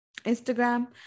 Instagram